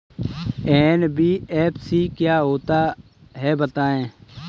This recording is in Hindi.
एन.बी.एफ.सी क्या होता है बताएँ?